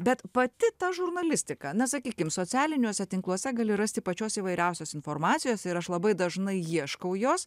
bet pati ta žurnalistika na sakykim socialiniuose tinkluose gali rasti pačios įvairiausios informacijos ir aš labai dažnai ieškau jos